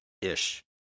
ish